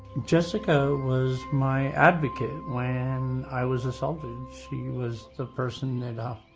jessica was my advocate when i was assaulted. she was the person that, um